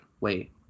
wait